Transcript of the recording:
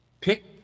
Pick